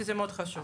כן, לפיקוח.